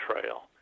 trail